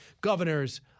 governors